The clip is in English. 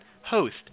host